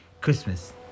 Christmas